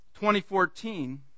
2014